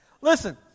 Listen